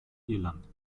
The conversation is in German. irland